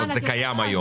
זה קיים היום.